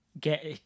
get